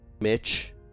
Mitch